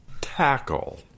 tackle